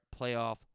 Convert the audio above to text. playoff